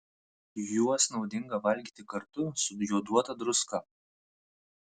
juos naudinga valgyti kartu su joduota druska